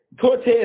Cortez